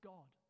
God